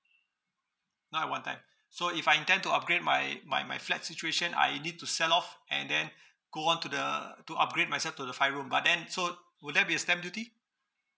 not at one time so if I intend to upgrade my my my flat's situation I need to sell off and then go on to the to upgrade myself to the five room but then so would there be a stamp duty